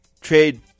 trade